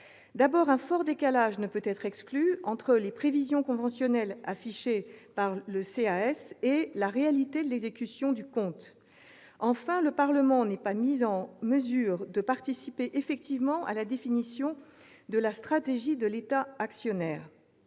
d'abord, un fort décalage ne peut être exclu entre les prévisions conventionnelles affichées par le CAS et la réalité de l'exécution du compte. Ensuite, le Parlement n'est pas mis en mesure de participer effectivement à la définition de la stratégie de l'État actionnaire.